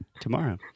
tomorrow